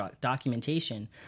documentation